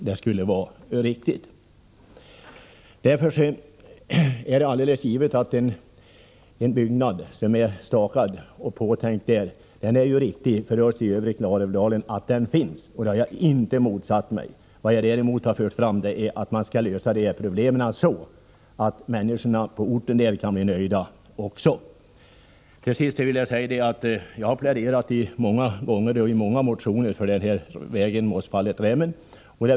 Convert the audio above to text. Den utstakade vägutbyggnaden är helt riktig och bör komma till stånd. Jag har alltså inte motsatt mig den. Vad jag däremot har sagt är att problemen bör lösas så att människorna på orten blir nöjda. Det kan de bli genom den lösning jag skisserat. Jag har många gånger och i motioner pläderat för vägen Mossfallet Rämmen.